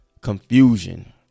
confusion